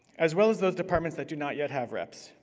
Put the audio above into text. as well as those departments that do not yet have reps.